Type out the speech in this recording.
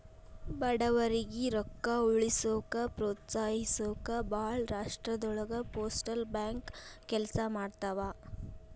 ಬಡವರಿಗಿ ರೊಕ್ಕ ಉಳಿಸೋಕ ಪ್ರೋತ್ಸಹಿಸೊಕ ಭಾಳ್ ರಾಷ್ಟ್ರದೊಳಗ ಪೋಸ್ಟಲ್ ಬ್ಯಾಂಕ್ ಕೆಲ್ಸ ಮಾಡ್ತವಾ